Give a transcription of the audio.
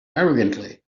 arrogantly